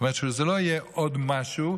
זאת אומרת שזה לא יהיה עוד משהו,